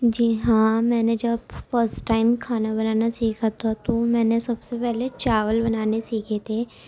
جی ہاں میں نے جب فسٹ ٹائم کھانا بنانا سیکھا تھا تو تو میں نے سب سے پہلے چاول بنانے سیکھے تھے